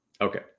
Okay